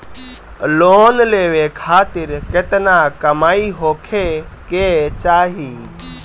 Loan लेवे खातिर केतना कमाई होखे के चाही?